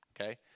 okay